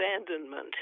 abandonment